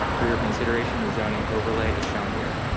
for your consideration the zoning overlay is shown here.